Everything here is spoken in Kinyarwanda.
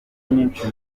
nyinshi